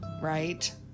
right